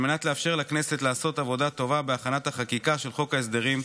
על מנת לאפשר לכנסת לעשות עבודה טובה בהכנת החקיקה של חוק ההסדרים,